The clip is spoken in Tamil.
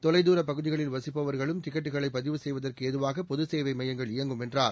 தொலைத்தார பகுதிகளில் வசிப்பவர்களும் டிக்கெட்டுகளை பதிவு செய்வதற்கு ஏதுவாக பொது சேவை மையங்கள் இயங்கும் என்றார்